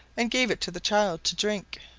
and gave it to the child to drink.